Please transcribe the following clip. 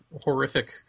horrific